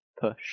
push